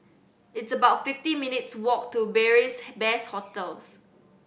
it's about fifty minutes' walk to Beary Best Hostel